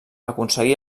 aconseguí